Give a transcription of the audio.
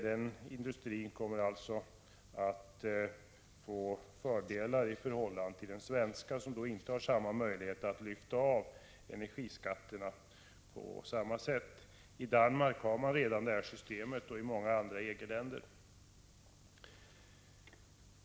Den industrin kommer alltså att få fördelar i förhållande till den svenska, som inte på samma sätt har möjlighet att lyfta av energiskatterna. I Danmark har man redan detta system liksom i många andra EG-länder.